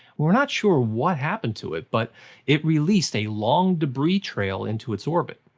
we're not sure what happened to it, but it released a long debris trail into its orbit.